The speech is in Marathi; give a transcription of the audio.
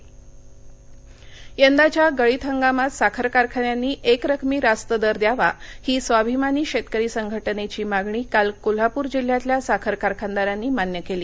साखर गळीत हंगाम यंदाच्या गळीत हंगामात साखर कारखान्यांनी एक रकमी रास्त दर द्यावा ही स्वाभिमानी शेतकरी संघटनेची मागणी काल कोल्हापूर जिल्ह्यातल्या साखर कारखानदारांनी मान्य केली